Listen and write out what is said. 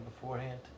beforehand